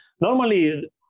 normally